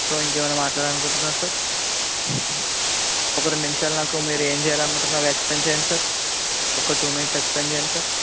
so ఇంకా ఏమన్నా మాట్లాడాలని అనుకుంటున్నారా సార్ ఒక రెండు నిమిషాలు నాకు మీరు ఏం చేయాలని అనుకుంటున్నారు ఎక్స్ప్లెయిన్ చేయండి సార్ ఒక టూ మినిట్స్ ఎక్స్ప్లెయిన్ చేయండి సార్